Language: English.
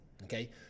okay